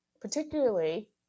particularly